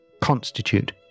constitute